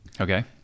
Okay